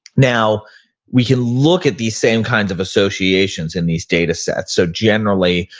now we can look at these same kinds of associations in these datasets. so generally,